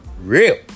real